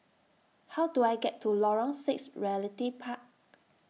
How Do I get to Lorong six Realty Park